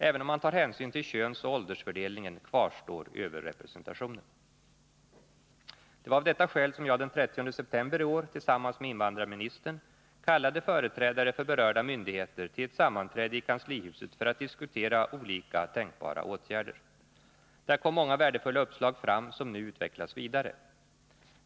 Även om man tar hänsyn till könsoch åldersfördelningen, kvarstår överrepresentationen. Det var av detta skäl som jag den 30 september i år tillsammnans med invandrarministern kallade företrädare för berörda myndigheter till ett sammanträde i kanslihuset för att diskutera olika tänkbara åtgärder. Där kom många värdefulla uppslag fram som nu utvecklas vidare.